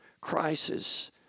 crisis